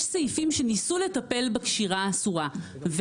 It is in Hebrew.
יש סעיפים שניסו לטפל בקשירה האסורה,